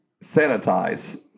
sanitize